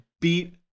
beat